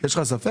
יש לך ספק?